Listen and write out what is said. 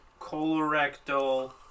colorectal